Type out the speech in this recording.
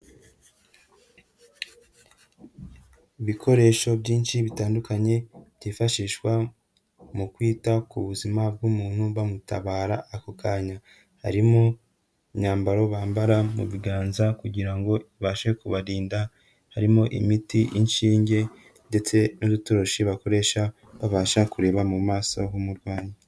Ibikoresho byinshi bitandukanye byifashishwa mu kwita ku buzima bw'umuntu bamutabara ako kanya, harimo imyambaro bambara mu biganza kugira ngo ibashe kubarinda, harimo imiti, inshinge ndetse n'udutoroshi bakoresha babasha kureba mu maso h'umurwayi.